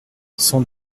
sans